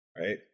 Right